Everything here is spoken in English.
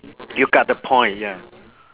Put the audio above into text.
you got the point ya